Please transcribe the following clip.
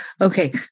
Okay